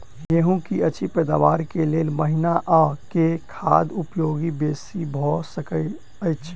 गेंहूँ की अछि पैदावार केँ लेल केँ महीना आ केँ खाद उपयोगी बेसी भऽ सकैत अछि?